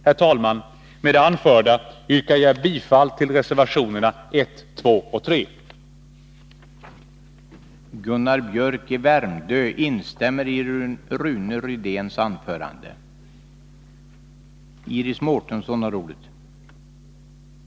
Herr talman! Med det anförda yrkar jag bifall till reservationerna 1, 2 och 3